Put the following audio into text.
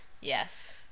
Yes